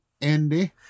Andy